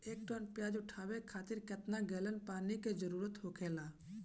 एक टन प्याज उठावे खातिर केतना गैलन पानी के जरूरत होखेला?